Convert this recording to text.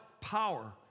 power